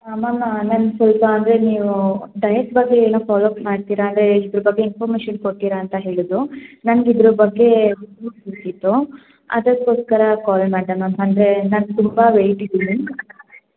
ma'am ನಂಗೆ ಸ್ವಲ್ಪ ಅಂದರೆ ನೀವು ಡಯೆಟ್ ಬಗ್ಗೆ ಏನು ಫಾಲೋ ಅಪ್ ಮಾಡ್ತೀರಾ ಅಂದರೆ ಇದರ ಬಗ್ಗೆ ಇನ್ಫಾರ್ಮಶನ್ ಕೊಡ್ತೀರಾ ಅಂತ ಹೇಳಿದರು ನಂಗೆ ಇದ್ರ ಬಗ್ಗೆ ಬೇಕಿತ್ತು ಅದಕ್ಕೋಸ್ಕರ ಕಾಲ್ ಮಾಡಿದೆ ಮ್ಯಾಮ್ ಅಂದರೆ ನಾನು ತುಂಬ ವೆಯ್ಟ್ ಇದ್ದೀನಿ